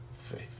faith